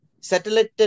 satellite